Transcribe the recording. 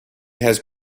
has